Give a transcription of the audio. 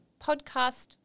podcast